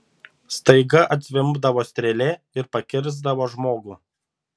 staiga atzvimbdavo strėlė ir pakirsdavo žmogų